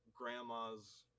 grandma's